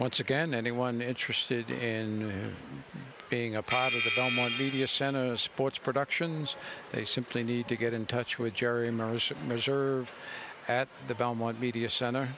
once again anyone interested in being a part of the sun the media center sports productions they simply need to get in touch with jerry marisha reserve at the belmont media center